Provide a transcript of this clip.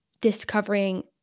discovering